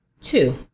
Two